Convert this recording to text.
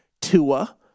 Tua